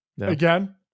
again